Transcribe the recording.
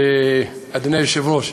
אדוני היושב-ראש,